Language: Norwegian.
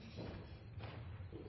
sa,